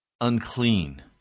unclean